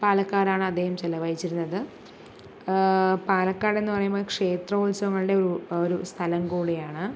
പാലക്കാടാണ് അദ്ദേഹം ചിലവഴിച്ചിരുന്നത് പാലക്കാട് എന്നു പറയുമ്പോൾ ക്ഷേത്ര ഉത്സവങ്ങളുടെ ഒരു ഒരു സ്ഥലം കൂടിയാണ്